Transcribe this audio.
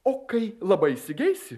o kai labai įsigeisi